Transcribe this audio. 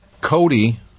Cody